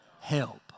help